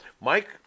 Mike